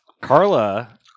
Carla